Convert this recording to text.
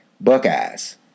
Buckeyes